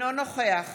אינו נוכח